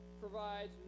provides